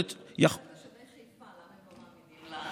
תשאל את תושבי חיפה למה הם לא מאמינים.